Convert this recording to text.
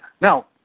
Now